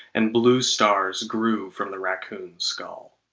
and bluestars grew from the raccoon skull.